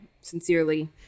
Sincerely